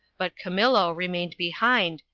but camillo re mained behind,